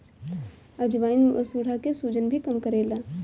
अजवाईन मसूड़ा के सुजन भी कम करेला